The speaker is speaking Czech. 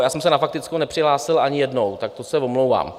Já jsem se na faktickou nepřihlásil ani jednou, tak to se omlouvám.